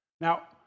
Now